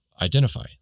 identify